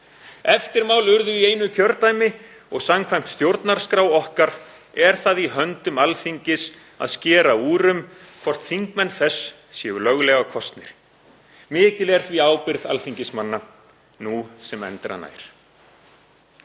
Eftirmál urðu í einu kjördæmi og samkvæmt stjórnarskrá okkar er það í höndum Alþingis að skera úr um hvort þingmenn þess séu löglega kosnir. Mikil er því ábyrgð alþingismanna, nú sem endranær.